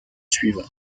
suivant